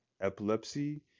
Epilepsy